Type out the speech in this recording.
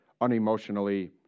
unemotionally